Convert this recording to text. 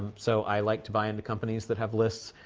so i liked buying the companies that have lists.